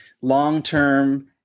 long-term